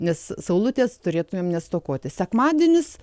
nes saulutės turėtumėm nestokoti sekmadienis